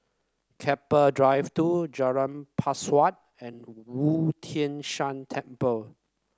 Keppel Drive Two Jalan Pesawat and Wu Tai Shan Temple